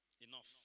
Enough